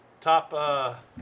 top